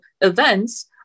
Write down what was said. events